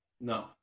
No